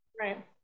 Right